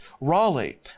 Raleigh